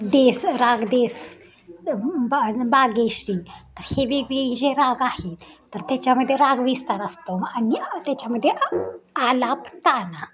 देस राग देस बा बागेश्री हे वेगवेगळी जे राग आहेत तर त्याच्यामध्ये रागविस्तार असतो आणि त्याच्यामध्ये आलाप ताना